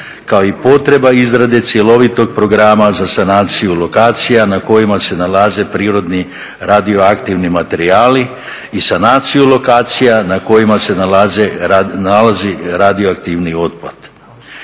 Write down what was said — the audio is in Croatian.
kao i potreba izrade cjelovitog programa za sanaciju lokacija na kojima se nalaze prirodni radioaktivni materijali i sanaciju lokacija na kojima se nalazi radioaktivni otpad.